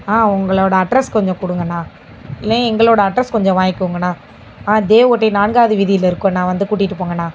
ஆ உங்களோடய அட்ரஸ் கொஞ்சம் கொடுங்கண்ணா இல்லை எங்களோடய அட்ரஸ் கொஞ்சம் வாங்கிக்கோங்கண்ணா ஆ தேவக்கோட்டை நான்காவது வீதியில் இருக்கோம்ண்ணா வந்து கூட்டிகிட்டு போங்கண்ணா